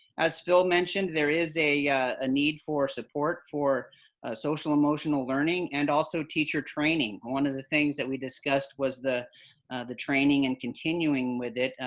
as phil mentioned, there is a ah need for support for social emotional learning, and also teacher training. one of the things that we discussed was the the training and continuing with it,